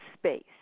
space